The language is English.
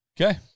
Okay